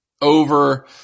over